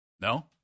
No